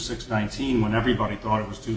six nineteen when everybody thought it was to